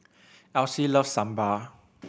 Alcie loves Sambar